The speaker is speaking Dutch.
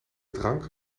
drank